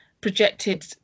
projected